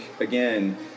again